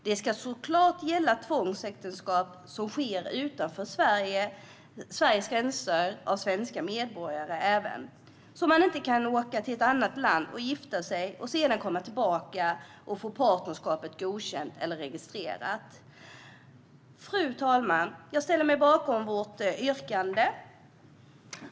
Det ska såklart även gälla tvångsäktenskap som sker utanför Sveriges gränser av svenska medborgare, så att man inte kan åka till ett annat land och gifta sig och sedan komma tillbaka och få partnerskapet godkänt eller registrerat. Fru talman! Jag yrkar bifall till vår reservation nr 2.